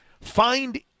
Find